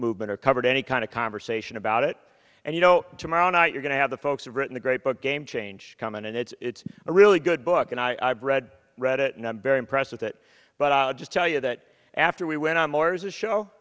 movement or covered any kind of conversation about it and you know tomorrow night you're going to have the folks have written the great book game change come in and it's a really good book and i've read read it and i'm very impressed with it but i'll just tell you that after we went on mars the show